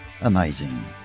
Amazing